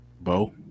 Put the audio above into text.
Bo